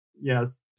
Yes